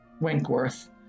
Winkworth